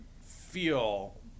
feel